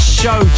show